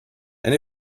and